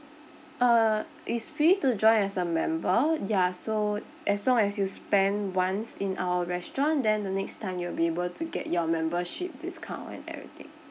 uh it's free to join as a member ya so as long as you spend once in our restaurant then the next time you will be able to get your membership discount and everything